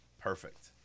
Perfect